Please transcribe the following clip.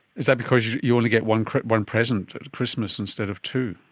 is that because you only get one one present at christmas instead of two?